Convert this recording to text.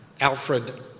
Alfred